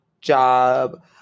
job